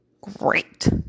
great